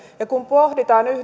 ja kun pohditaan